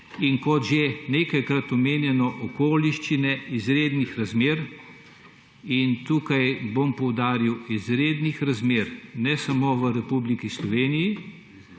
Kot že nekajkrat omenjeno, okoliščine izrednih razmer, tukaj bom poudaril, izrednih razmer ne samo v Republiki Sloveniji,